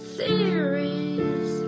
theories